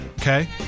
Okay